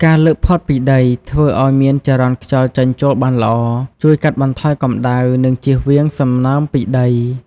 ការលើកផុតពីដី ធ្វើឲ្យមានចរន្តខ្យល់ចេញចូលបានល្អ ជួយកាត់បន្ថយកម្ដៅ និងជៀសវាងសំណើមពីដី ។